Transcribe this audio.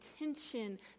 intention